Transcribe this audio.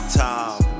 time